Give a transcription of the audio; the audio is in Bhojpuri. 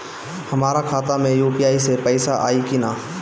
हमारा खाता मे यू.पी.आई से पईसा आई कि ना?